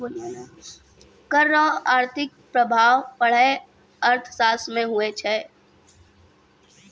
कर रो आर्थिक प्रभाब पढ़ाय अर्थशास्त्र मे हुवै छै